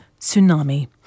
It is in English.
tsunami